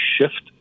shift